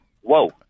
Whoa